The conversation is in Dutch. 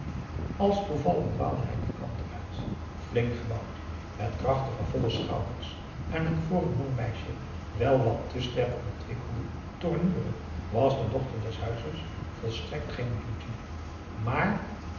als toevallig dwaalde hij dien kant uit flink gebouwd met krachtige volle schouders en een voor n jong meisje wel wat te sterk ontwikkelde tournure was de dochter des huizes volstrekt geen beauté maar